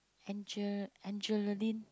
Angeline